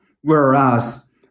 Whereas